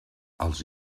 els